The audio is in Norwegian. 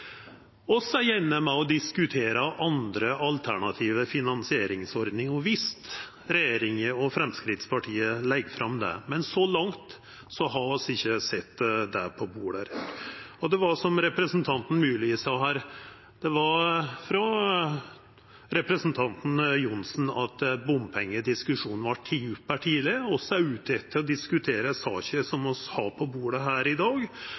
med og diskuterer andre alternative finansieringsordningar, viss regjeringa og Framstegspartiet legg fram det. Men så langt har vi ikkje sett det på bordet. Det var, som representanten Myrli sa, representanten Johnsen som tok opp bompengediskusjonen her tidlegare. Vi er ute etter å diskutera saka som vi har på bordet her i dag.